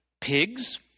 Pigs